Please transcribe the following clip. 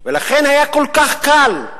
ולכן היה כל כך קל.